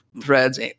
threads